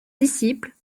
disciple